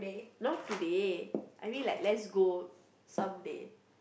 not today I mean like let's go someday